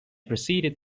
proceeded